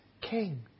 King